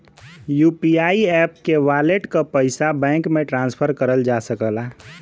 UPI app के wallet क पइसा बैंक में ट्रांसफर करल जा सकला